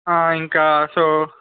ఆ ఇంకా సో